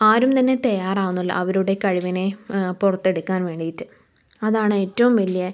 ആരും തന്നെ തയ്യാറാവുന്നില്ല അവരുടെ കഴിവിനെ പുറത്തെടുക്കാൻ വേണ്ടിയിട്ട് അതാണ് ഏറ്റവും വലിയ